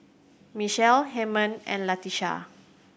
Michelle Hymen and Latesha